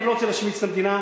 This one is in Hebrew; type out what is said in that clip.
אני לא רוצה להשמיץ את המדינה,